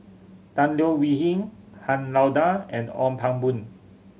Tan Leo Wee Hin Han Lao Da and Ong Pang Boon